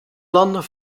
landen